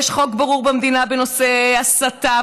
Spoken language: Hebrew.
יש חוק ברור במדינה בנושא הסתה,